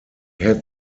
had